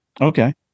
okay